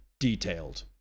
Detailed